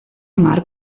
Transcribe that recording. mar